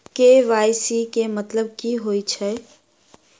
KYC केँ मतलब की होइ छै?